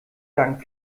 dank